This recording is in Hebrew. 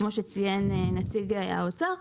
כמו שציין נציג האוצר,